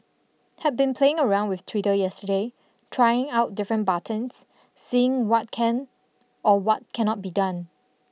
had been playing around with Twitter yesterday trying out different buttons seeing what can or what cannot be done